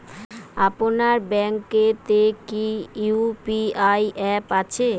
আপনার ব্যাঙ্ক এ তে কি ইউ.পি.আই অ্যাপ আছে?